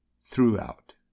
throughout